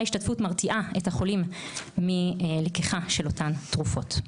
מרתיעה את החולים מלקיחת אותן תרופות.